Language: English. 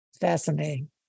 Fascinating